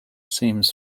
seems